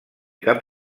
cap